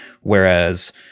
whereas